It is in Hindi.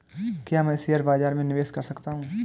क्या मैं शेयर बाज़ार में निवेश कर सकता हूँ?